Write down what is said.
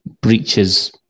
breaches